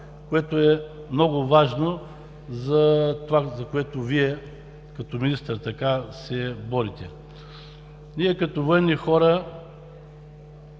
което е много важно за това, за което Вие като министър се борите. Ние като военни хора